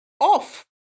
off